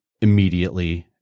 immediately